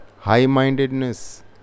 high-mindedness